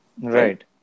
Right